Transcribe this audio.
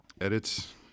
edits